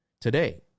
today